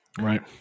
Right